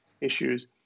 issues